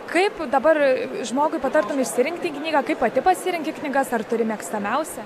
kaip dabar žmogui patartum išsirinkti knygą kaip pati pasirenki knygas ar turi mėgstamiausią